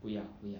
不要不要